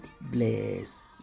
bless